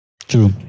true